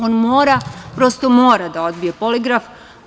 On mora, prosto mora da odbije poligraf.